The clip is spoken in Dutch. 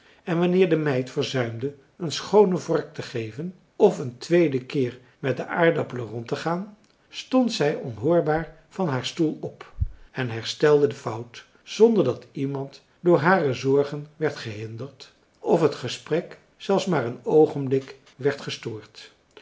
en wanneer de meid verzuimde een schoone vork te geven of een tweeden keer met de aardappelen rondtegaan stond zij onhoorbaar van haar stoel op en herstelde de fout zonder dat iemand door hare zorgen werd gehinderd of het gesprek zelfs maar een oogenblik werd gestoord